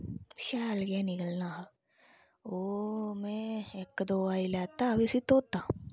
शैल केह् निकलना हा ओह् में इक दो बारी लैता फ्ही उसी धोता